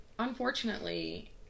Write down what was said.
unfortunately